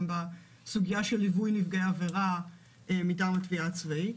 בסוגיה של ליווי נפגעי עבירה מטעם התביעה הצבאית.